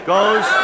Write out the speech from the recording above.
Goes